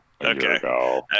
Okay